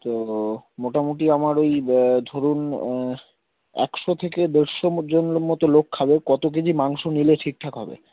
তো মোটামুটি আমার ওই ধরুন একশো থেকে দেড়শোমজনের মতো লোক খাবে কতো কেজি মতো মাংস নিলে ঠিকঠাক হবে